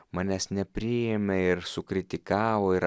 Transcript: manęs nepriėmė ir sukritikavo ir